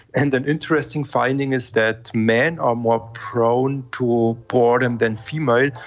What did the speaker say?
and an interesting finding is that men are more prone to boredom than females,